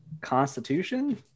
constitution